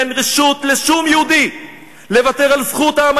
"אין רשות לשום יהודי לוותר על זכות העם